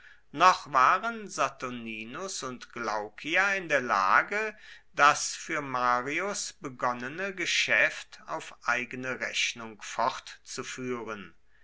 noch waren saturninus und glaucia in der lage das für marius begonnene geschäft auf eigene rechnung fortzuführen